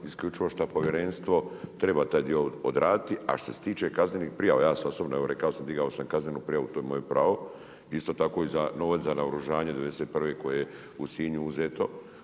isključivo šta povjerenstvo treba taj dio odraditi a što se tiče kaznenih prijava ja sam osobno, rekao sam digao sam kaznenu prijavu, to je moje pravo. Isto tako i novac za naoružanje '91. koje je u Sinju uzeto.